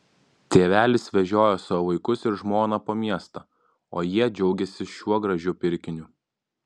tėvelis vežiojo savo vaikus ir žmoną po miestą o jie džiaugėsi šiuo gražiu pirkiniu